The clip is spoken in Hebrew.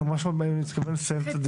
אנחנו ממש צריכים לסיים את הדיון.